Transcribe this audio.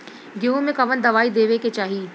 गेहूँ मे कवन दवाई देवे के चाही?